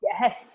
yes